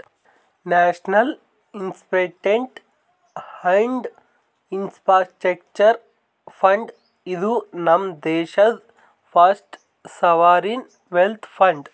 national investment and infrastructure fund, ಇದು ನಮ್ ದೇಶಾದು ಫಸ್ಟ್ ಸಾವರಿನ್ ವೆಲ್ತ್ ಫಂಡ್